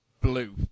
blue